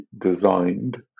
designed